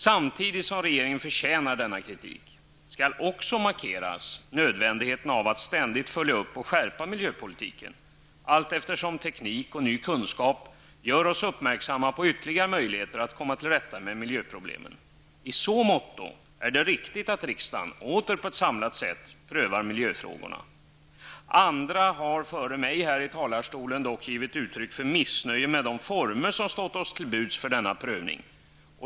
Samtidigt som regeringen förtjänar denna kritik skall också markeras nödvändigheten av att ständigt följa upp och skärpa miljöpolitiken, allteftersom teknik och ny kunskap gör oss uppmärksamma på ytterligare möjligheter att komma till rätta med miljöproblemen. I så måtto är det riktigt att riksdagen åter på ett samlat sätt prövar miljöfrågorna. Andra har före mig här i talarstolen dock givit uttryck för missnöje med de former som stått oss till buds för denna prövning.